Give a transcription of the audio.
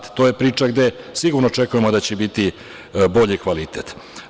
To je priča gde sigurno očekujemo da će biti bolji kvalitet.